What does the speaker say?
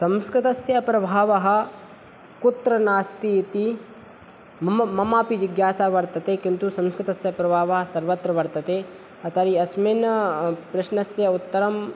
संस्कृतस्य प्रभावः कुत्र नास्ति इति मम ममापि जिज्ञासा वर्तते किन्तु संस्कृतस्य प्रभावः सर्वत्र वर्तते तर्हि अस्मिन् प्रश्नस्य उत्तरम्